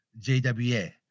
JWA